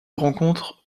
rencontre